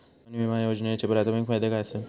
जीवन विमा योजनेचे प्राथमिक फायदे काय आसत?